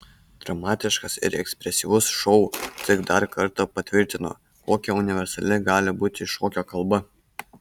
dramatiškas ir ekspresyvus šou tik dar kartą patvirtino kokia universali gali būti šokio kalba